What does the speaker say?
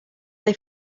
they